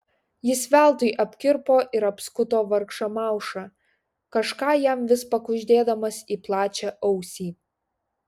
jis veltui apkirpo ir apskuto vargšą maušą kažką jam vis pakuždėdamas į plačią ausį